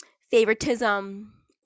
favoritism